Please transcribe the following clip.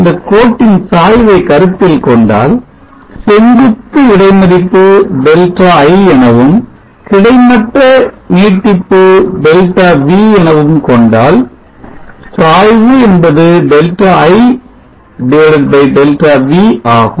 இந்த கோட்டின் சாய்வை கருத்தில் கொண்டால் செங்குத்து இடைமறிப்பு Δi எனவும் கிடைமட்ட நீட்டிப்பு ΔV எனவும் கொண்டால் சாய்வு என்பது Δi ΔV ஆகும்